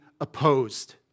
opposed